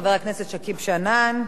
חבר הכנסת שכיב שנאן,